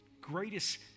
greatest